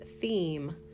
theme